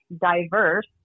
diverse